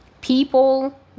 people